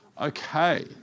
Okay